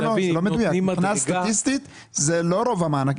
לא מדויק, מבחינה סטטיסטית זה לא רוב המענקים.